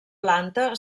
planta